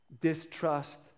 Distrust